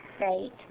Right